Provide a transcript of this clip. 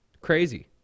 crazy